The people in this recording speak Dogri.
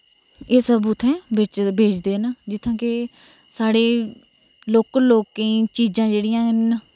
एह् सब उत्थै बेचदे न जित्थै के साढ़े लोकल लोकें चीजां जेह्ड़ियां न